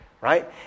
right